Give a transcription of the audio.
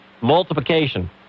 multiplication